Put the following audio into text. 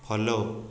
follow